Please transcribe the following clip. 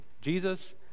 Jesus